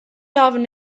ofn